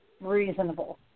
reasonable